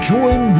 Join